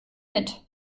mit